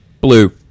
Blue